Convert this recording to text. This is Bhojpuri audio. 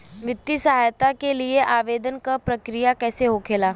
वित्तीय सहायता के लिए आवेदन क प्रक्रिया कैसे होखेला?